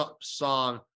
song